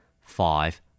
five